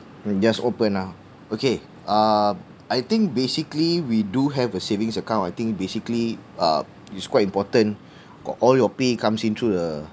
I just opened now okay uh I think basically we do have a savings account I think basically uh it's quite important got all your pay comes into the